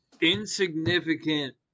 insignificant